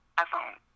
iPhone